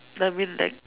I mean like